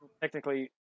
technically